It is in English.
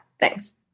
thanks